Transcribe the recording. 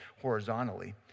horizontally